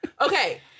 Okay